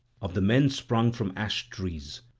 of the men sprung from ash-trees,